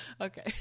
Okay